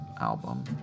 album